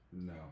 No